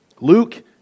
Luke